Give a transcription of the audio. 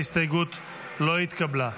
ההסתייגות לא התקבלה.